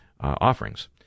offerings